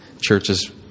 Churches